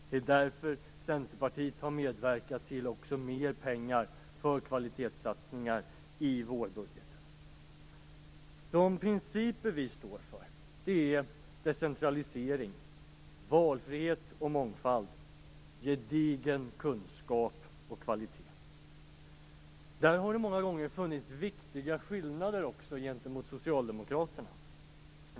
Det är därför Centerpartiet också har medverkat till mer pengar i vårbudgeten för kvalitetssatsningar. De principer Centerpartiet står för är decentralisering, valfrihet och mångfald, gedigen kunskap och kvalitet. Det har många gånger funnits viktiga skillnader gentemot Socialdemokraterna.